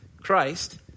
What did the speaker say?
Christ